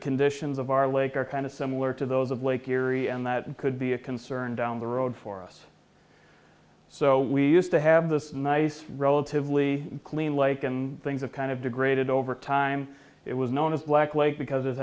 conditions of our lake are kind of similar to those of lake erie and that could be a concern down the road for us so we used to have this nice relatively clean lake and things that kind of degraded over time it was known as black lake because it